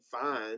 fine